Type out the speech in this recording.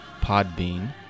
Podbean